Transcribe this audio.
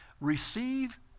Receive